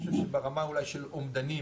אני חושב שברמה אולי של אומדנים,